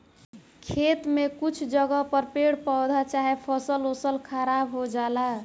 खेत में कुछ जगह पर पेड़ पौधा चाहे फसल ओसल खराब हो जाला